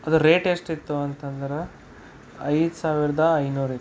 ಅದರ ರೇಟ್ ಎಷ್ಟಿತ್ತು ಅಂತಂದರೆ ಐದು ಸಾವಿರದ ಐನೂರಿತ್ತು